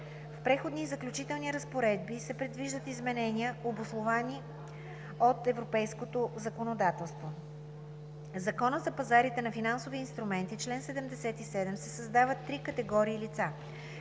В Преходните и заключителните разпоредби се предвиждат изменения, обусловени от европейското законодателство. В Закона за пазарите на финансови инструменти в чл. 77 се създават три категории лица,